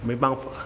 没办法